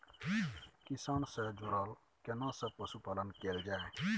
किसान से जुरल केना सब पशुपालन कैल जाय?